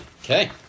Okay